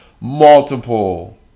multiple